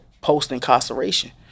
post-incarceration